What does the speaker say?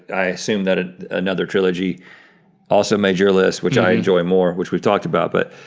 i assume that another trilogy also made your list, which i enjoy more, which we've talked about, but.